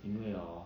因为 hor